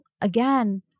again